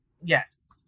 yes